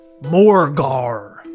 Morgar